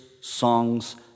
songs